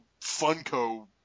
Funko